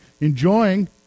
enjoying